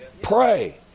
Pray